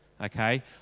okay